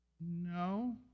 No